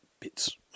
bits